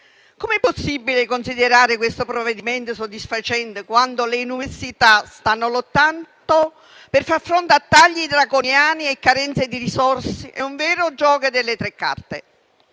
Come è possibile considerare questo provvedimento soddisfacente quando le università stanno lottando per far fronte a tagli draconiani e carenze di risorse? È un vero gioco delle tre carte.